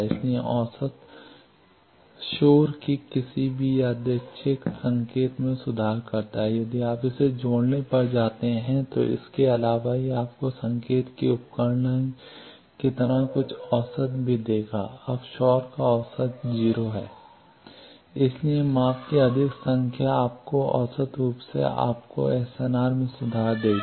इसलिए औसत शोर के किसी भी यादृच्छिक संकेत में सुधार करता है यदि आप इसे जोड़ने पर जाते हैं तो इसके अलावा यह आपको संकेत के उपकरण की तरह कुछ औसत भी देगा अब शोर का औसत 0 है इसलिए माप की अधिक संख्या आपको औसत रूप से आपके एसएनआर में सुधार करेगी